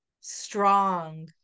strong